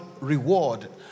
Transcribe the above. reward